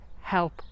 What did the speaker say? help